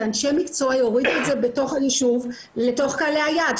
כי אנשי מקצוע יורידו את זה בתוך היישוב לתוך קהלי היעד.